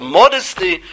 modesty